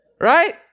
Right